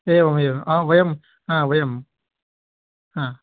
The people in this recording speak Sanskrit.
एवमेवं हा वयं हा वयं हा